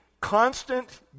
constant